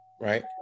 Right